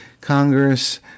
Congress